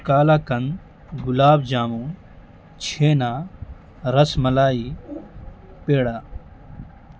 کالا کند گلاب جامن چھینا رس ملائی پیڑا